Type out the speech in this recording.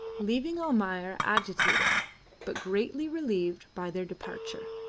leaving almayer agitated but greatly relieved by their departure.